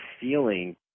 feeling